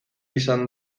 izan